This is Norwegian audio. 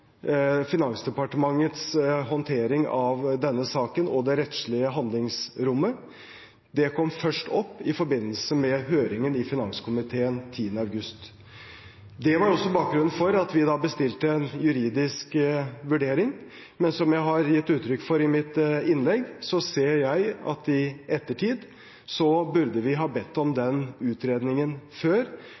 Finansdepartementets håndtering av denne saken og det rettslige handlingsrommet. Det kom først opp i forbindelse med høringen i finanskomiteen 10. august. Det var også bakgrunnen for at vi da bestilte en juridisk vurdering, men som jeg har gitt uttrykk for i mitt innlegg, ser jeg i ettertid at vi burde vi ha bedt om den utredningen før.